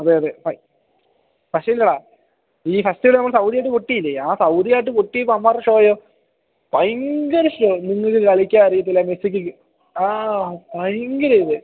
അതെ അതെ പക്ഷെ ഇല്ലെടാ ഈ ഫസ്റ്റ് നമ്മൾ സൗദി ആയിട്ട് പൊട്ടിയില്ലേ ആ സൗദി ആയിട്ട് പൊട്ടിയപ്പം അവന്മാരുടെ ഷോയോ ഭയങ്കര ഷോ നിങ്ങൾക്ക് കളിക്കാൻ അറിയത്തില്ല മെസ്സിക്ക് ആ ഭയങ്കര ഇത്